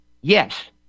yes